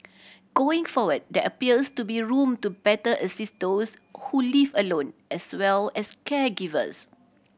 going forward there appears to be room to better assist those who live alone as well as caregivers